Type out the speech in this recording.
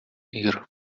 ear